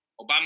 Obama